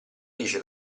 dice